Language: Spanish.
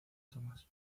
tomás